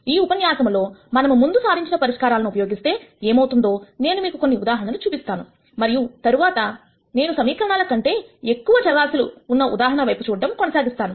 ఈ ఉపన్యాసంలో మనము ముందు సాధించిన పరిష్కారాలను ఉపయోగిస్తే ఏమవుతుందో నేను మీకు కొన్ని ఉదాహరణలు చూపిస్తాను మరియు తర్వాత నేను సమీకరణాల కన్నా ఎక్కువ చరరాశు లు ఉన్న ఉదాహరణల వైపు చూడడం కొనసాగిస్తాను